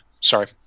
sorry